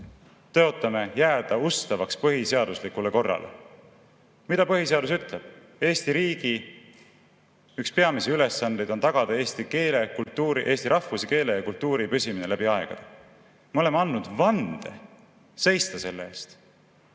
tõotanud jääda ustavaks põhiseaduslikule korrale. Mida põhiseadus ütleb? Eesti riigi üks peamisi ülesandeid on tagada eesti rahvuse, keele ja kultuuri püsimine läbi aegade. Me oleme andnud vande seista selle eest